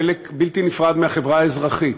חלק בלתי נפרד מהחברה האזרחית,